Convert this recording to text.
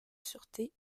sûreté